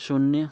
शून्य